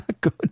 good